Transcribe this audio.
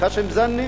ח'שם-זנה,